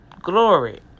Glory